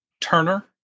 Turner